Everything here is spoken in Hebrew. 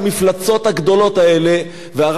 והרעש והצלצולים של הפרסומות,